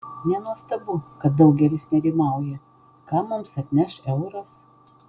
nenuostabu kad daugelis nerimauja ką mums atneš euras